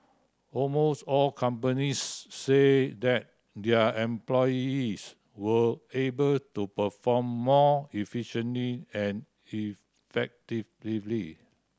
almost all companies say that their employees were able to perform more efficiently and effectively